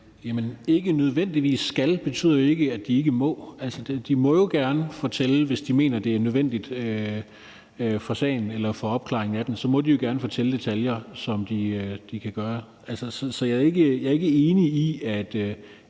de ikke nødvendigvis skal, betyder jo ikke, at de ikke må. Altså, hvis de mener, det er nødvendigt for sagen eller for opklaringen, må de jo gerne fortælle de detaljer, som de kan fortælle. Så jeg er ikke enig i, at